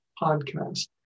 podcast